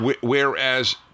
whereas